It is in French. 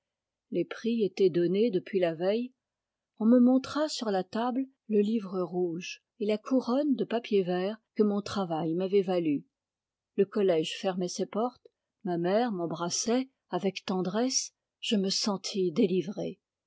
les prix étaient donnés depuis la veille on me montra sur la table le livre rouge et la couronne de papier vert que mon travail m'avait valus le collège fermait ses portes ma mère m'embrassait avec tendresse je me sentis délivré